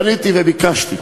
פניתי וביקשתי: